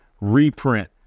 reprint